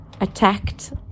attacked